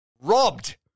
robbed